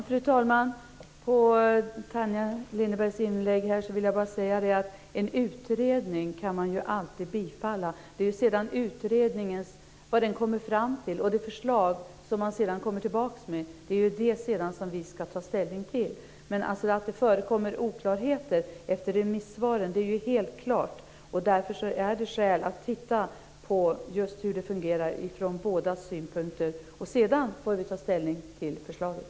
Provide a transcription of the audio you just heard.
Fru talman! Man kan alltid bifalla en utredning. Sedan ska vi ta ställning till vad utredningen kommer fram till och det förslag som man kommer tillbaka med. Att det förekommer oklarheter efter remissvaren är helt klart. Därför finns det skäl att se hur det fungerar från bådas synpunkt. Sedan får vi ta ställning till förslaget.